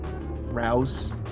Rouse